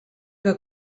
que